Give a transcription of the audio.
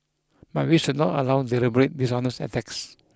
but we should not allow deliberate dishonest attacks